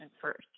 first